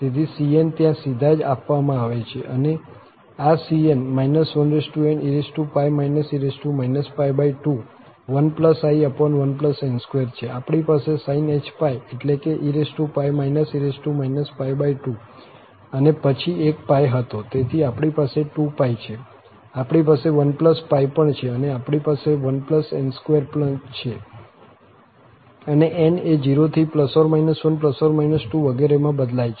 તેથી cnત્યાં સીધા જ આપવામાં આવે છે અને આ cn ne e 21i1n2 છે આપણી પાસે sinh⁡ એટલે કે e e 2અને પછી એક π હતો તેથી આપણી પાસે 2π છે આપણી પાસે 1i પણ છે અને આપણી પાસે 1n2 છે અને n એ 0 થી ±1±2 વગેરેમાં બદલાય છે